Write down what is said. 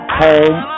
home